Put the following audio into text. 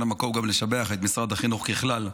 המקום גם לשבח את משרד החינוך ככלל,